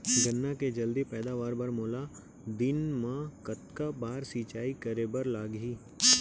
गन्ना के जलदी पैदावार बर, मोला दिन मा कतका बार सिंचाई करे बर लागही?